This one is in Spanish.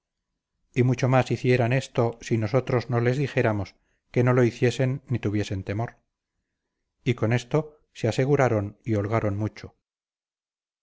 y mucho más hicieran esto si nosotros no les dijéramos que no lo hiciesen ni tuviesen temor y con esto se aseguraron y holgaron mucho